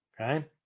okay